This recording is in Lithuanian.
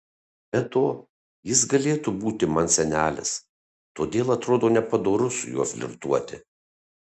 be to jis galėtų būti man senelis todėl atrodo nepadoru su juo flirtuoti